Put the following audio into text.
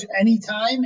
anytime